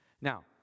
Now